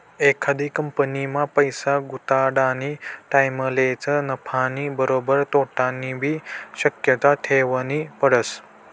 एखादी कंपनीमा पैसा गुताडानी टाईमलेच नफानी बरोबर तोटानीबी शक्यता ठेवनी पडस